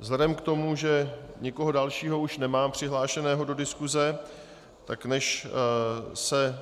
Vzhledem k tomu, že už nikoho dalšího už nemám přihlášeného do diskuse, tak než se